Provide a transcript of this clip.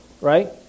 right